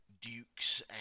dukes